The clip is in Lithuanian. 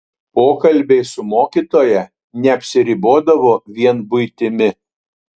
pokalbiai su mokytoja neapsiribodavo vien buitimi